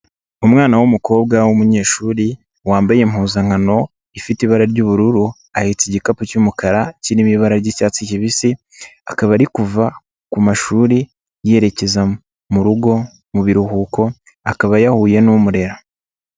Umwana w'umukobwa w'umunyeshuri wambaye impuzankano ifite ibara ry'ubururu ahetse igikapu cy'umukara kirimo ibara ry'icyatsi kibisi, akaba ari kuva ku mashuri yerekeza mu rugo mu biruhuko akaba yahuye n'umurera.